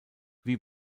wie